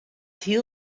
hiel